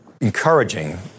encouraging